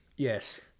Yes